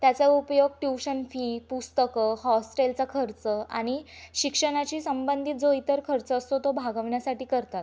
त्याचा उपयोग tuition fee पुस्तकं हॉस्टेलचा खर्च आणि शिक्षणाशी संबंधित जो इतर खर्च असतो तो भागवण्यासाठी करतात